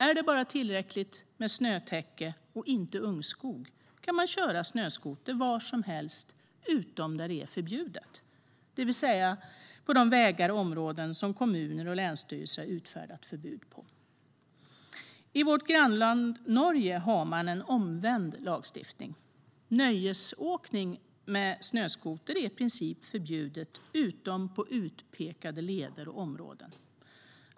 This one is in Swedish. Är det bara tillräckligt med snötäcke och inte ungskog kan man köra snöskoter var som helst utom där det är förbjudet, det vill säga på de vägar och områden som kommuner och länsstyrelser utfärdat förbud för. I vårt grannland Norge har man en omvänd lagstiftning. Nöjesåkning med snöskoter är i princip förbjuden utom på utpekade leder och områden.